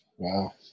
Wow